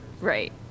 right